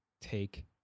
take